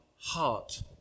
heart